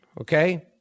okay